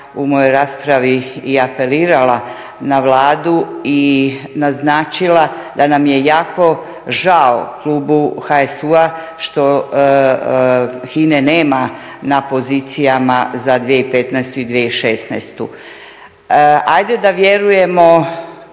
u mojoj raspravi i apelirala na Vladu i naznačila da nam je jako žao u klubu HSU-a što HINA-e nema na pozicijama za 2015. i 2016.. Ajde da vjerujemo